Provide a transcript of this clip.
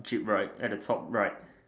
jeep right at the top right